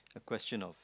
a question of